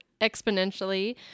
exponentially